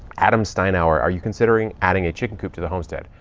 adam steinauer are you considering adding a chicken coop to the homestead?